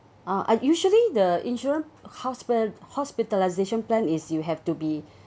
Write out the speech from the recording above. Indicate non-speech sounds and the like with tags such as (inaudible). ah usually the insurance hosp~hospitalization plan is you have to be (breath)